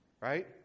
Right